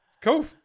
cool